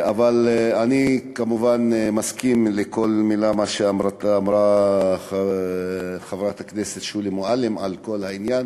אני כמובן מסכים לכל מילה שאמרה חברת הכנסת שולי מועלם על כל העניין.